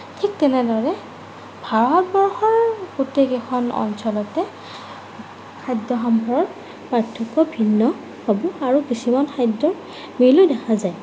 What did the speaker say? ঠিক তেনেদৰে ভাৰতবৰ্ষৰ গোটেইকেইখন অঞ্চলতে খাদ্যসমূহৰ পাৰ্থক্য ভিন্ন হ'ব আৰু কিছুমান খাদ্যৰ মিলো দেখা যায়